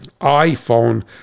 iPhone